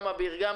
גם אביר קארה,